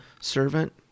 servant